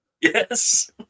Yes